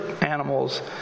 animals